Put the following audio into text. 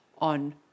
on